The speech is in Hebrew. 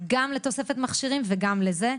גם לתוספת מכשירים וגם לזה.